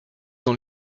dans